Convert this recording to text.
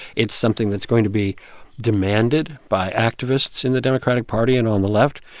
it's something that's going to be demanded by activists in the democratic party and on the left.